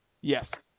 Yes